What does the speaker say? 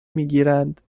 میگیرند